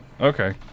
Okay